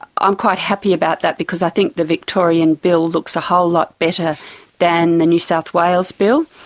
i'm quite happy about that because i think the victorian bill looks a whole lot better than the new south wales bill.